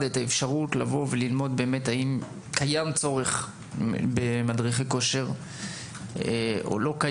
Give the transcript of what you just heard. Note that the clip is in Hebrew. אפשרות ללמוד האם באמת קיים צורך במדריכי כושר או לא.